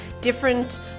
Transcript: different